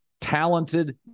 talented